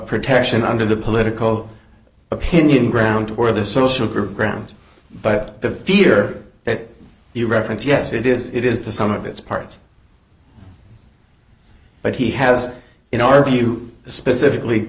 protection under the political opinion ground or the social programs but the fear that you reference yes it is it is the sum of its parts but he has in our view specifically